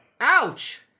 Ouch